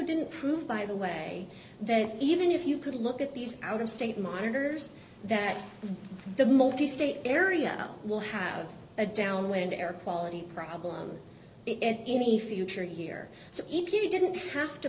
didn't prove by the way that even if you could look at these out of state monitors that the multi state area will have a downwind air quality problem if any future year so if you didn't have to